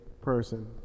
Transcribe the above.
person